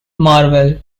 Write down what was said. marvel